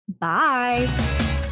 Bye